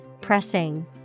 pressing